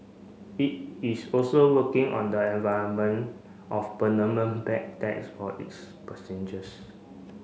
it is also working on the environment of bag tag is for its passengers